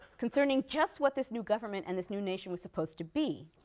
concerning just what this new government and this new nation was supposed to be.